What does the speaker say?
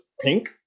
pink